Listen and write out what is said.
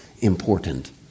important